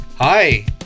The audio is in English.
hi